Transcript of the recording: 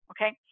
Okay